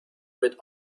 mit